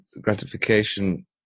gratification